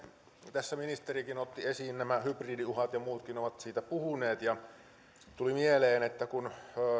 tässä ministerikin otti esiin nämä hybridiuhat ja muutkin ovat niistä puhuneet ja tuli mieleen että kun